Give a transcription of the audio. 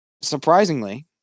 surprisingly